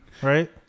Right